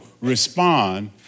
respond